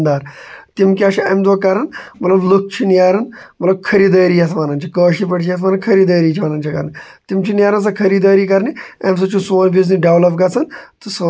تہٕ یہِ چھِ پَنٕںی مَرضی أسۍ کُس فٕلیوَر تُلو تہٕ اَسہِ اوس اوٚنمُت وایٹ وایٹ فٕلیوَر سُہ اوس وِدآوُت کَلَر بَڑٕ ٹیسٹی اوس سُہ سِٹرٛابرٛی تہِ اوس اوٚنمُت اَکہِ دویہِ لَٹہِ سُہ تہِ بَڑٕ بہتریٖن